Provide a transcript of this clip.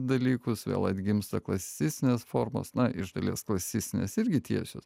dalykus vėl atgimsta klasicistinės formos na iš dalies klasicistinės irgi tiesios